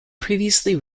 previously